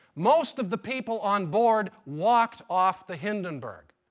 most of the people on board walked off the hindenburg.